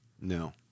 No